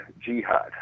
jihad